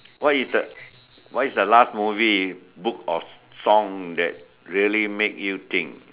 what is the last movie book or song that really make you think